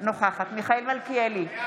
אינה נוכחת מיכאל מלכיאלי,